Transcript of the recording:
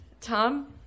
Tom